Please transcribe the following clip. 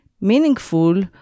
meaningful